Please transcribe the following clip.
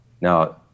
Now